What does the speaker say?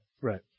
Right